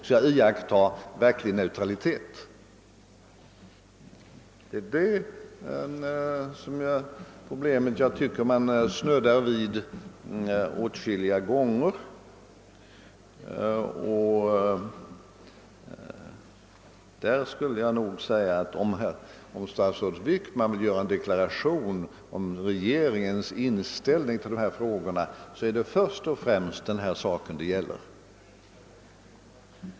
Detta är ett problem som vi snuddat vid åtskilliga gånger, och om statsrådet Wickman här ville göra en deklaration om regeringens inställning, så är det först den saken det gäller.